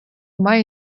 має